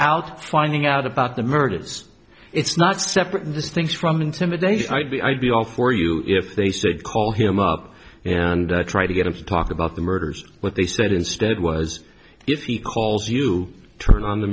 without finding out about the murders it's not separate and distinct from intimidation i'd be i'd be all for you if they said call him up and try to get him to talk about the murders what they said instead was if he calls you turn on the